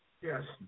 Yes